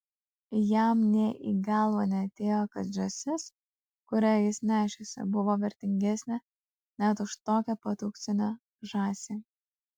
jam nė į galvą neatėjo kad žąsis kurią jis nešėsi buvo vertingesnė net už tokią pat auksinę žąsį